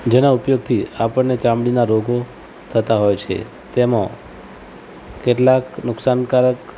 જેના ઉપયોગથી આપણને ચામડીના રોગો થતા હોય છે તેમાં કેટલાક નુકસાનકારક